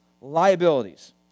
liabilities